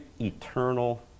eternal